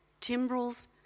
timbrels